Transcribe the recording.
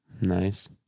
nice